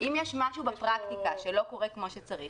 אם יש משהו בפרקטיקה שלא קורה כמו שצריך,